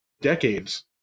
decades